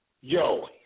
Yo